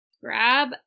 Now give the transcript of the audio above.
Grab